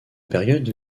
période